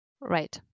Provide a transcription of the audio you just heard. right